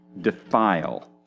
defile